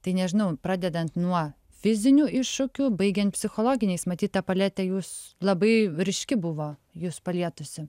tai nežinau pradedant nuo fizinių iššūkių baigiant psichologiniais matyt tą paletė jus labai ryški buvo jus palietusi